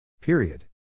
Period